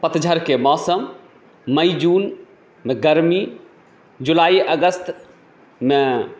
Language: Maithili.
पतझड़के मौसम मई जूनमे गर्मी जुलाई अगस्तमे